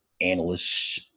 analysts